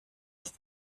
ist